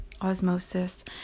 osmosis